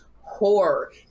horror